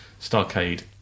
Starcade